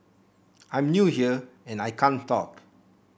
I'm new here and I can't talk